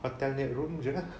hotel punya room jer lah